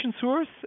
source